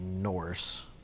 Norse